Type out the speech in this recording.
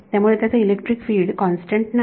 त्यामुळे त्याचे electric field constant नाही